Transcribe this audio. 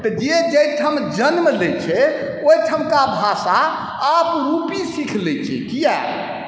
तऽ जे जाहिठाम जन्म लै छै ओहिठामके भाषा आपरूपी सीखि लै छै किएक